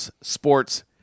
Sports